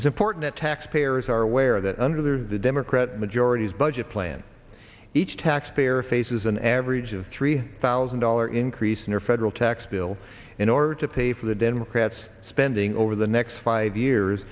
is important to taxpayers are aware that under the democratic majorities budget plan each taxpayer faces an average of three thousand dollar increase in our federal tax bill in order to pay for the democrats spending over the next five years